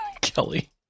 Kelly